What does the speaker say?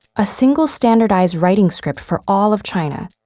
a single standardized writing script for all of china,